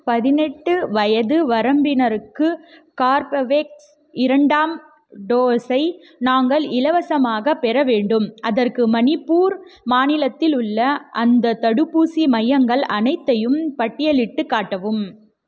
பதினெட்டு வயது வரம்பினருக்கு கார்பவேக்ஸ் இரண்டாம் டோஸை நாங்கள் இலவசமாகப் பெற வேண்டும் அதற்கு மணிப்பூர் மாநிலத்தில் உள்ள அந்த தடுப்பூசி மையங்கள் அனைத்தையும் பட்டியலிட்டுக் காட்டவும்